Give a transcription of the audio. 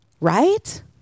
Right